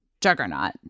Juggernaut